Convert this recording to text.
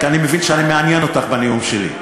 כי אני מבין שאני מעניין אותך בנאום שלי.